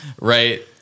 right